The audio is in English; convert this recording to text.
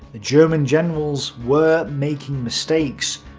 the german generals were making mistakes.